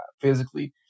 physically